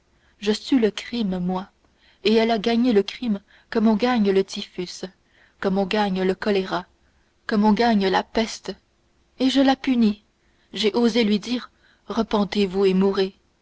je sue le crime moi et elle a gagné le crime comme on gagne le typhus comme on gagne le choléra comme on gagne la peste et je la punis j'ai osé lui dire repentez-vous et mourez